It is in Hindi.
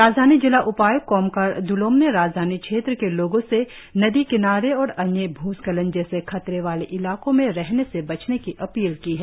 राजधानी जिला उपाय्क्त कोमकर द्लोम ने राजधानी क्षेत्र के लोगों से नदी किनारे और अन्य भूस्खलन जैसे खतरे वाले इलाकों में रहने से बचने की अपील की है